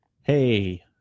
hey